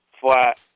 flat